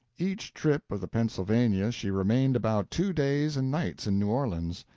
each trip of the pennsylvania she remained about two days and nights in new orleans,